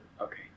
Okay